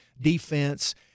defense